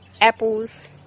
apples